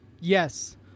Yes